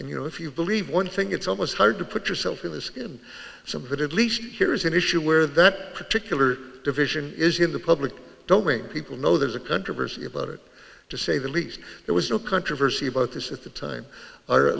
and you know if you believe one thing it's almost hard to put yourself in this and some of it at least here is an issue where that particular division is in the public domain people know there's a controversy about it to say the least there was no controversy about this at the time or at